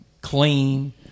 Clean